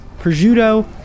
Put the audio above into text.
prosciutto